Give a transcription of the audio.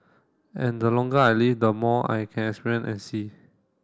and the longer I live the more I can experience and see